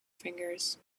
fingers